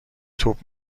توپ